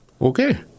Okay